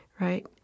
right